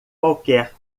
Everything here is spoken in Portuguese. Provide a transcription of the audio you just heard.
qualquer